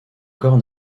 corps